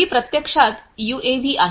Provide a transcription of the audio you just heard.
ही प्रत्यक्षात यूएव्ही आहे